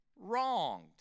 wronged